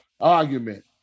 Argument